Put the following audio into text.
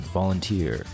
volunteer